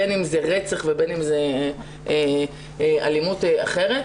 בין אם זה רצח ובין אם זו אלימות אחרת,